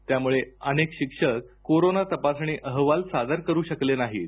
त्यामुळे अनेक शिक्षक कोरोना तपासणी अहवाल सादर करू शकलेले नाहीत